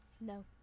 No